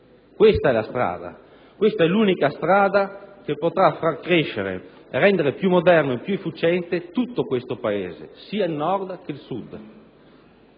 Questa è la strada, l'unica strada che potrà far crescere e rendere più moderno ed efficiente tutto questo Paese, sia il Nord che il Sud.